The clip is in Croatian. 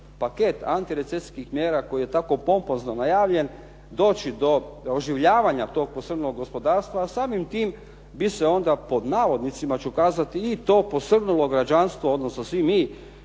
paket antirecesijskih mjera koji je tako pompozno najavljen, doći do oživljavanja tog posrnulog gospodarstva, a samim tim bi se onda i to "posrnulo građanstvo" odnosno svi mi